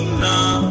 now